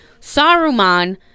Saruman